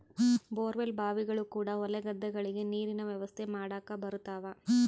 bore well ಬಾವಿಗಳು ಕೂಡ ಹೊಲ ಗದ್ದೆಗಳಿಗೆ ನೀರಿನ ವ್ಯವಸ್ಥೆ ಮಾಡಕ ಬರುತವ